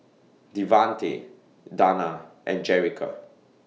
Devante Danna and Jerrica